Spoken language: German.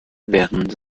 während